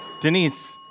Denise